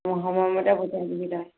অঁ সময়মতে পঠিয়াই দিবি তই